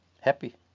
happy